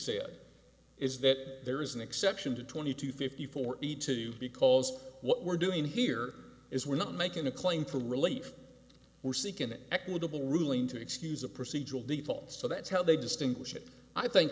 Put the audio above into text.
it is that there is an exception to twenty two fifty forty two because what we're doing here is we're not making a claim for relief or seek an equitable ruling to excuse a procedural default so that's how they distinguish it i think